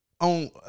on